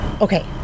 okay